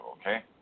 okay